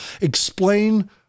Explain